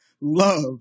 love